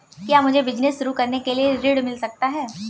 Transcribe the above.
क्या मुझे बिजनेस शुरू करने के लिए ऋण मिल सकता है?